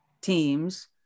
teams